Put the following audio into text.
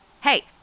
Hey